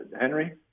Henry